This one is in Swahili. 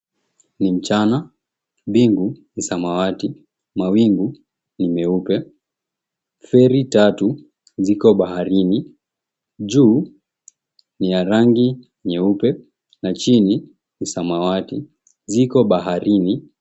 Ni mchana mbingu ni samawati mawingu ni meupe, feri tatu ziko baharini juu ni ya rangi nyeupe na chini ni samawati ziko baharini.